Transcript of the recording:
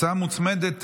בבקשה.